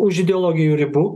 už ideologijų ribų